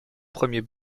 premier